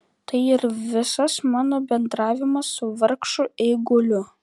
tai ir visas mano bendravimas su vargšu eiguliu